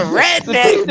redneck